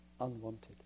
unwanted